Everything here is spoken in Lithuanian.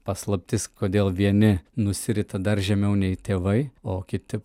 paslaptis kodėl vieni nusirita dar žemiau nei tėvai o kiti